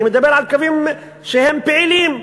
אני מדבר על קווים שהם פעילים,